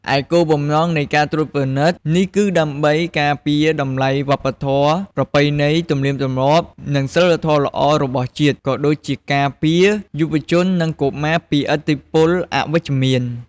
ឯគោលបំណងនៃការត្រួតពិនិត្យនេះគឺដើម្បី ការពារតម្លៃវប្បធម៌ ប្រពៃណី ទំនៀមទម្លាប់ និងសីលធម៌ល្អរបស់ជាតិ ក៏ដូចជាការពារយុវជន និងកុមារពីឥទ្ធិពលអវិជ្ជមាន។